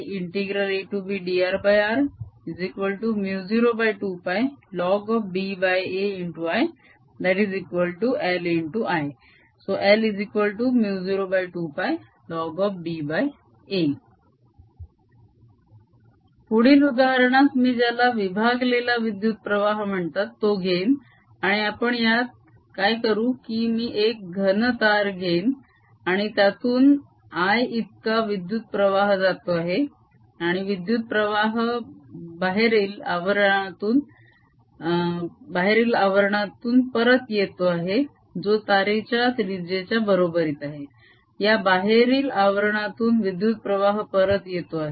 dr02πIabdrr02πln ba ILI L02πlnba पुढील उदाहरणात मी ज्याला विभागलेला विद्युत प्रवाह म्हणतात तो घेईन आणि आपण यात काय करू की मी एक घन तार घेईन आणि त्यातून I इतका विद्युत प्रवाह जातो आहे आणि विद्युत प्रवाह बाहेरील आवरणातून परत येतो आहे जो तारेच्या त्रिजेच्या बरोबरीत आहे या बाहेरील आवरणातून विद्युत प्रवाह परत येतो आहे